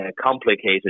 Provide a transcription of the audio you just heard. complicated